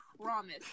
promise